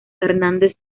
hernández